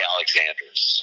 Alexander's